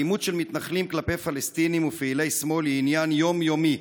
אלימות של מתנחלים כלפי פלסטינים ופעילי שמאל היא עניין יום-יומי,